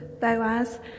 Boaz